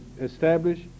establish